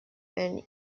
and